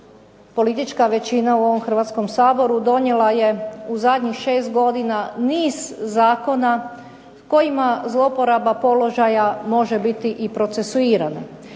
politička većina u ovom hrvatskom saboru donijela je u zadnjih šest godina niz zakona kojima zloporaba položaja može biti i procesuiranja.